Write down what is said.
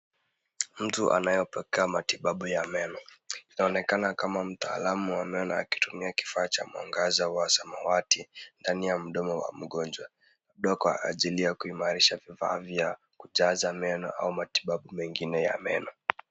Mtu anaepokea matibabu ya meno. Inaonekana kama mtaalam wa meno akitumia kifaa cha mwangaza wa samawati ndani ya mdomo wa mgonjwa. Labda kwa ajili ya kuimarisha vifaa vya kujaza meno au matibabu mengine ya meno.